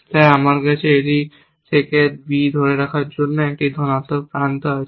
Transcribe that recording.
তাই আমার কাছে এটি থেকে B ধরে রাখার জন্য একটি ধনাত্মক প্রান্ত আছে